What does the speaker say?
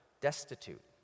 destitute